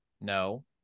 No